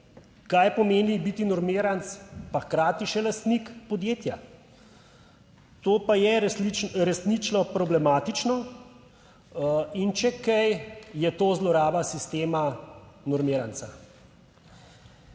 Kaj pomeni biti normiranec pa hkrati še lastnik podjetja? To pa je resnično problematično. In če kaj, je to zloraba sistema normiranca.